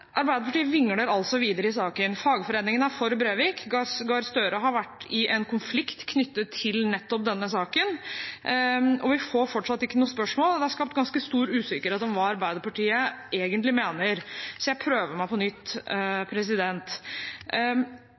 Arbeiderpartiet vingler altså videre i saken. Fagforeningene er for Brevik, Jonas Gahr Støre har vært i en konflikt knyttet til nettopp denne saken, og vi får fortsatt ikke noe svar på spørsmålet. Det er skapt ganske stor usikkerhet om hva Arbeiderpartiet egentlig mener, så jeg prøver meg på nytt.